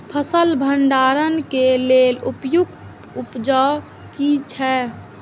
फसल भंडारण के लेल उपयुक्त उपाय कि छै?